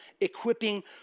equipping